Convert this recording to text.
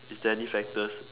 is there any factors